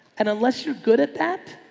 and unless you're good at that,